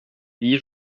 vie